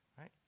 right